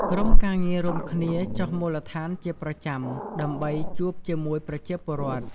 ក្រុមការងាររួមគ្នាចុះមូលដ្ឋានជាប្រចាំ ដើម្បីជួបជាមួយប្រជាពលរដ្ឋ។